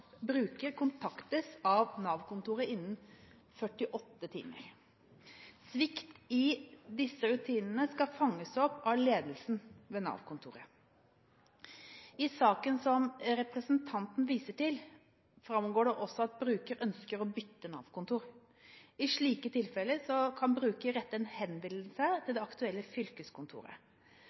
bruker kontaktes av Nav-kontoret innen 48 timer. Svikt i disse rutinene skal fanges opp av ledelsen ved Nav-kontoret. I saken som representanten viser til, framgår det også at bruker ønsker å bytte Nav-kontor. I slike tilfeller kan bruker rette en henvendelse til det aktuelle fylkeskontoret.